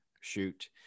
shoot